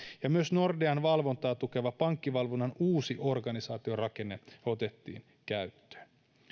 myös nordean valvontaa tukeva pankkivalvonnan uusi organisaatiorakenne otettiin käyttöön